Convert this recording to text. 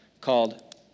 called